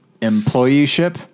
employeeship